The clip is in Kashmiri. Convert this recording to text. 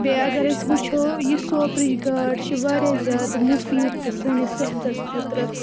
بیٚیہِ اگر أسۍ وٕچھو یہِ سوپرٕچ گاڈ چھِ واریاہ زیادٕ مُفیٖد تہٕ سٲنِس صحتَس خٲطرٕ